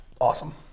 Awesome